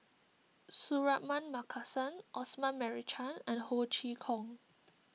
Suratman Markasan Osman Merican and Ho Chee Kong